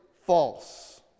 false